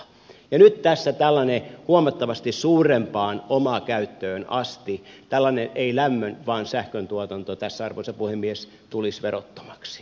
nyt tässä tällainen huomattavasti suurempaan omakäyttöön tuleva ei lämmön vaan sähköntuotanto tässä arvoisa puhemies tulisi verottomaksi